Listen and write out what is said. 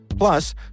Plus